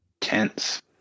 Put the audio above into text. tense